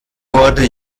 wurde